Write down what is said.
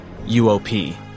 UOP